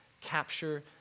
capture